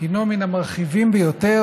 הינו מן המרחיבים ביותר,